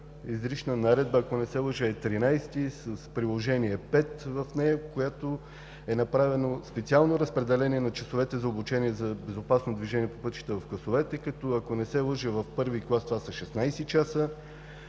изрична наредба, ако не се лъжа, е № 13, с Приложение № 5 в него, която е направена от специално разпределение на часовете за обучение за безопасно движение по пътищата в класовете, като, ако не се лъжа, в първи клас това са 16 часа,